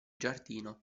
giardino